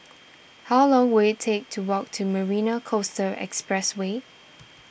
how long will it take to walk to Marina Coastal Expressway